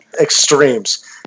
extremes